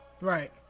Right